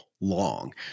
long